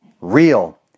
real